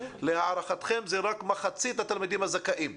להערכתכם רק מחצית התלמידים הזכאים.